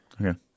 Okay